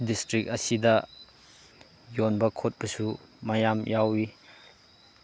district ꯑꯁꯤꯗ ꯌꯣꯟꯕ ꯈꯣꯠꯄꯁꯨ ꯃꯌꯥꯝ ꯌꯥꯎꯋꯤ